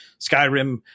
Skyrim